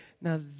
now